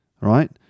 right